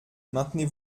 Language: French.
maintenez